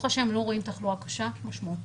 השם לא רואים תחלואה קשה ומשמעותית.